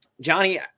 Johnny